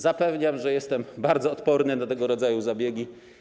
Zapewniam, że jestem bardzo odporny na tego rodzaju zabiegi.